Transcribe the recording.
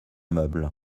meuble